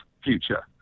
future